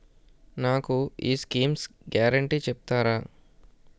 నాకు ఈ schemes guarantee చెప్తారా?